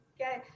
Okay